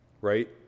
right